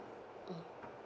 mm